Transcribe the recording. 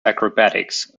acrobatics